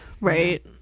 Right